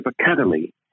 academy